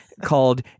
called